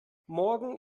morgen